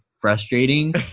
frustrating